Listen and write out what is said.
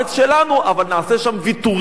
אבל נעשה שם ויתורים נדיבים.